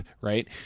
right